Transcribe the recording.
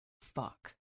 Fuck